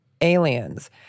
aliens